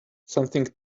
something